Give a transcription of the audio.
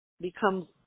becomes